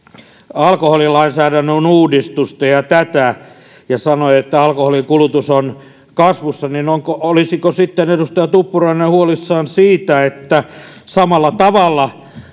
alkoholilainsäädännön uudistusta ja tätä ja sanoi että alkoholinkulutus on kasvussa niin olisiko edustaja tuppurainen sitten huolissaan siitä että samalla tavalla